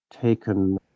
taken